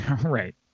Right